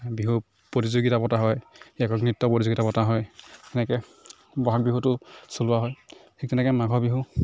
বিহু প্ৰতিযোগিতা পতা হয় একক নৃত্য প্ৰতিযোগিতা পতা হয় এনেকৈ বহাগ বিহুটো চলোৱা হয় ঠিক তেনেকে মাঘৰ বিহু